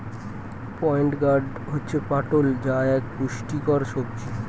pointed gourd হচ্ছে পটল যা এক পুষ্টিকর সবজি